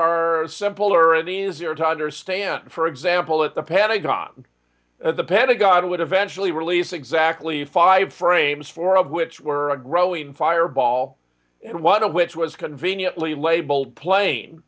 are simpler and easier to understand for example at the pentagon the pentagon would eventually release exactly five frames four of which were a growing fireball and one of which was conveniently labeled plane